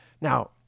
Now